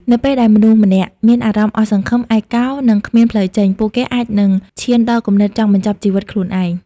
នៅពេលដែលមនុស្សម្នាក់មានអារម្មណ៍អស់សង្ឃឹម ឯកោ និងគ្មានផ្លូវចេញ ពួកគេអាចនឹងឈានដល់គំនិតចង់បញ្ចប់ជីវិតខ្លួនឯង។